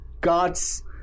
God's